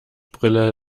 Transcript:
brille